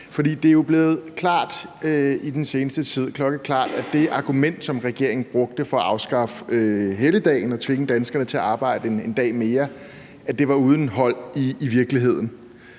det er jo blevet klokkeklart i den seneste tid, at det argument, som regeringen brugte for at afskaffe helligdagen og tvinge danskerne til at arbejde en dag mere, var uden hold i virkeligheden.